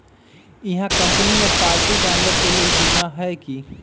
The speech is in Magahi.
इहा कंपनी में पालतू जानवर के लेल बीमा हए कि?